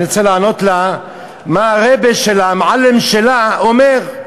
אני רוצה לענות לה מה הרבי שלך, המועלם שלה, אומר.